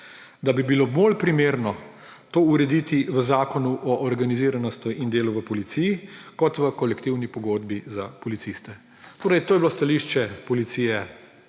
da bi bilo bolj primerno to urediti v Zakonu o organiziranosti in delu v policiji kot v kolektivni pogodbi za policiste. Torej, to je bilo stališče policije